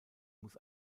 muss